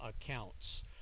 accounts